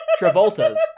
Travolta's